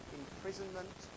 imprisonment